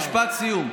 משפט סיום.